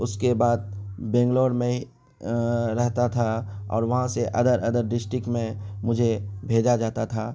اس کے بعد بنگلور میں ہی رہتا تھا اور وہاں سے ادر ادر ڈسٹک میں مجھے بھیجا جاتا تھا